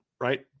right